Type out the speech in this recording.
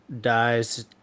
dies